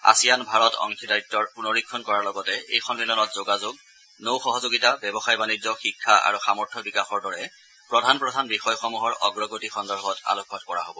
ASEAN Bharat অংশীদাৰিত্ৰৰ পুনৰীক্ষণ কৰাৰ লগতে এই সন্মিলনত যোগাযোগ নৌ সহযোগিতা ব্যৱসায় বাণিজ্য শিক্ষা আৰু সামৰ্থ্য বিকাশৰ দৰে প্ৰধান প্ৰধান বিষয়সমূহৰ অগ্ৰগতি সন্দৰ্ভত আলোকপাত কৰা হ'ব